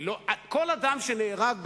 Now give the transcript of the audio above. כל אדם שנהרג,